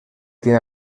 tiene